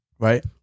Right